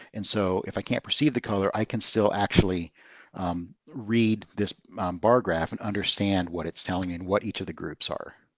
and so if i can't perceive the color, i can still actually read this bar graph and understand what it's telling me and what each of the groups are.